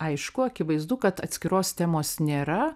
aišku akivaizdu kad atskiros temos nėra